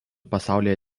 pasaulyje